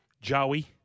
Joey